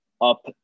up